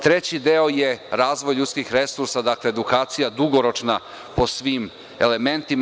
Treći deo je razvoj ljudskih resursa, dakle, edukacija dugoročna po svim elementima.